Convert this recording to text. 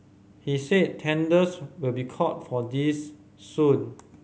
he said tenders will be called for this soon